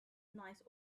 nice